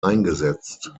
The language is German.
eingesetzt